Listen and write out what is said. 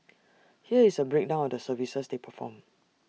here is A breakdown of the services they perform